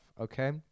Okay